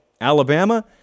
Alabama